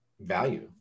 value